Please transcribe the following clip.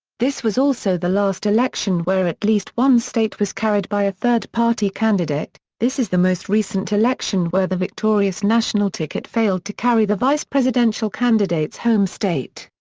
this was also the last election where at least one state was carried by a third-party candidate. this is the most recent election where the victorious national ticket failed to carry the vice presidential candidate's home state.